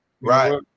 Right